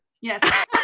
Yes